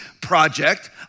project